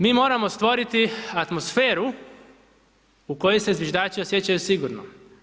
Mi moramo stvoriti atmosferu u kojoj se zviždači osjećaju sigurno.